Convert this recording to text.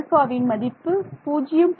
ஆல்ஃபாவின் மதிப்பு 0